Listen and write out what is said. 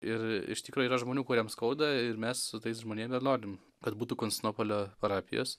ir iš tikro yra žmonių kuriem skauda ir mes su tais žmonėm ir norim kad būtų konstantinopolio parapijos